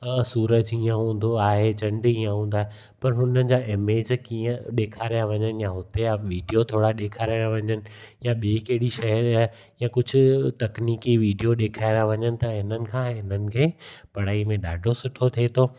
सूरज इअं हूंदो आहे झंडु इअं हूंदो आहे पर हुननि जा एमेज इअं ॾेखारिया वञनि या हुते जा वीडियो थोरा ॾेखारिया वञनि या ॿिएं कहिड़ी शइ या कुझु तकनीकी वीडियो ॾेखारिया वञनि त हिननि खां हिननि खे पढ़ाईअ में ॾाढो सुठो थिए थो